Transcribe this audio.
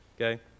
okay